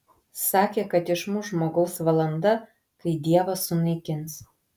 sakė kad išmuš žmogaus valanda kai dievas sunaikins